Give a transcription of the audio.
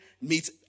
meets